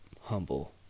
humble